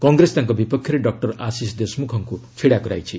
କଂଗ୍ରେସ ତାଙ୍କ ବିପକ୍ଷରେ ଡକ୍କର ଆଶିଷ୍ ଦେଶମୁଖଙ୍କୁ ଛିଡ଼ା କରାଇଛି